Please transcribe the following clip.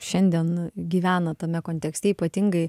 šiandien gyvena tame kontekste ypatingai